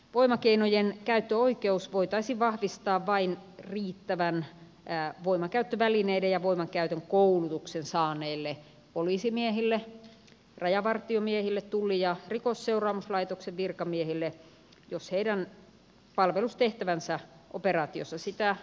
voimakeinojen käyttöoikeus voitaisiin vahvistaa vain riittävän voimankäyttövälineiden ja voimankäytön koulutuksen saaneille poliisimiehille rajavartiomiehille sekä tullin ja rikosseuraamuslaitoksen virkamiehille jos heidän palvelustehtävänsä operaatiossa sitä edellyttävät